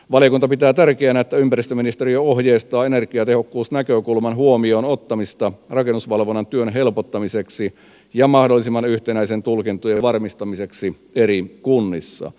valiokunta pitää tärkeänä että ympäristöministeriö ohjeistaa energiatehokkuusnäkökulman huomioon ottamista rakennusvalvonnan työn helpottamiseksi ja mahdollisimman yhtenäisen tulkintojen varmistamiseksi eri kunnissa